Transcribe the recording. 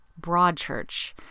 Broadchurch